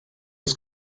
des